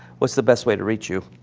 what's the best way to reach you?